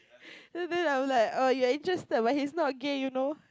then then I was like your interested but he's not gay you know